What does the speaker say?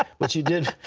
but you did